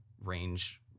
range